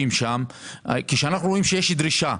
כשאנו רואים שיש דרישה,